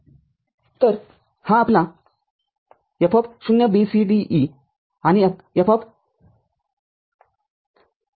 तर हा आपला F0BCDE आहे आणि F१BCDE ते काय आहे